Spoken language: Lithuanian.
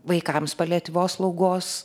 vaikams paliatyvios slaugos